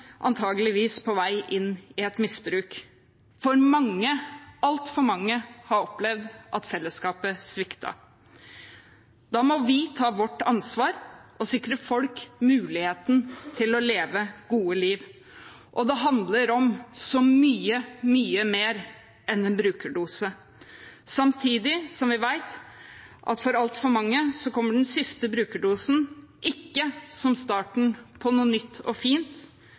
på vei inn i et misbruk. For mange, altfor mange, har opplevd at fellesskapet sviktet. Da må vi ta vårt ansvar og sikre folk muligheten til å leve gode liv. Det handler om så mye, mye mer enn en brukerdose, samtidig som vi vet at for altfor mange kommer den siste brukerdosen ikke som starten på noe nytt og fint,